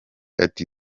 ati